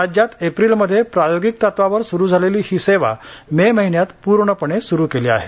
राज्यात एप्रिलमध्ये प्रायोगिक तत्त्वावर सुरू झालेली ही सेवा मे महिन्यात पूर्णपणे सुरू केली आहे